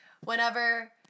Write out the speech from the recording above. Whenever